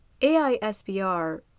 AISBR